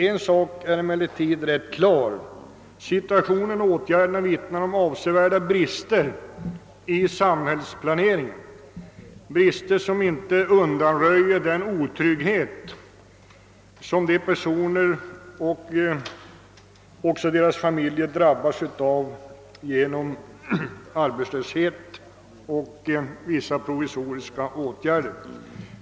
En sak är emellertid rätt klar: situationen och de vidtagna provisoriska åtgärderna vittnar om avsevärda brister i samhällsplaneringen, brister som gör att det inte går att undanröja otryggheten för de arbetstagare och de familjer som drabbas.